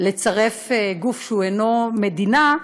לצרף גוף שהוא לא מדינה,